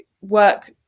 work